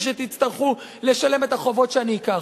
כשתצטרכו לשלם את החובות שאני אקח.